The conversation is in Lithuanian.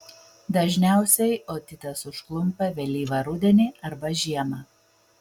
dažniausiai otitas užklumpa vėlyvą rudenį arba žiemą